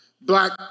black